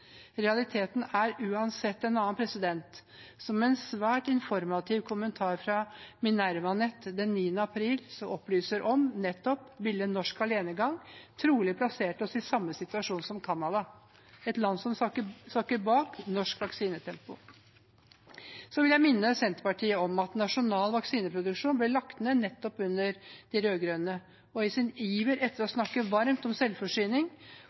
Realiteten er uansett en annen. Som en svært informativ kommentar fra minervanett.no den 9. april opplyser om, ville norsk alenegang trolig plassert oss i samme situasjon som Canada, et land som sakker av i forhold til norsk vaksinetempo. Så vil jeg minne Senterpartiet om at nasjonal vaksineproduksjon ble lagt ned nettopp under de rød-grønne. Og i sin iver etter å snakke varmt om selvforsyning